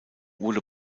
wurde